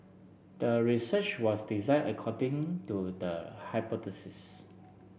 the research was design according to the hypothesis